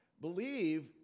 believe